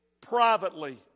privately